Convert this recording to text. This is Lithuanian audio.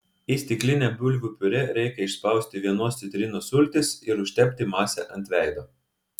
į stiklinę bulvių piurė reikia išspausti vienos citrinos sultis ir užtepti masę ant veido